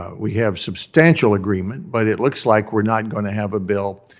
ah we have substantial agreement, but it looks like we're not going to have a bill,